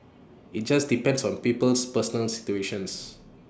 IT just depends on people's personal situations